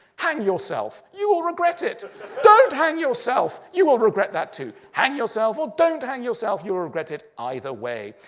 hang yourself, you will regret it don't hang yourself, you will regret that, too hang yourself or don't hang yourself, you will regret it either way.